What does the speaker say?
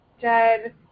dead